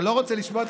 אתה לא רוצה לשמוע?